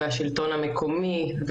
שלטון המקומי,